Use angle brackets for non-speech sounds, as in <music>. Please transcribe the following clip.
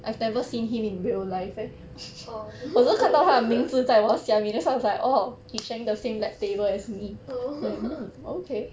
orh <laughs> orh <laughs>